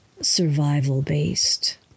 survival-based